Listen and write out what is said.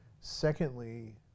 Secondly